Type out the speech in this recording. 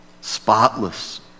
Spotless